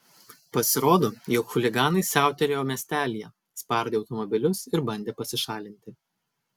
pasirodo jog chuliganai siautėjo miestelyje spardė automobilius ir bandė pasišalinti